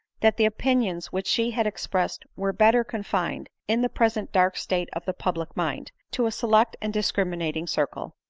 that the opinions which she had expressed were better confined, in the present dark state of the public mind, to a select and discriminating circle.